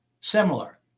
similar